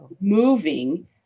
moving